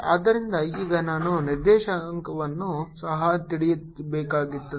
ಆದ್ದರಿಂದ ಈಗ ನಾನು ನಿರ್ದೇಶನವನ್ನು ಸಹ ತಿಳಿದುಕೊಳ್ಳಬೇಕಾಗಿದೆ